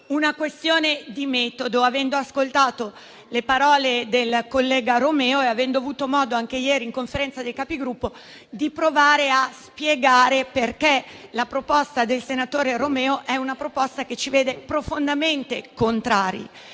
una questione di metodo, avendo ascoltato le parole del collega Romeo e avendo avuto modo, anche ieri in Conferenza dei Capigruppo, di spiegare perché la proposta del senatore Romeo ci vede profondamente contrari.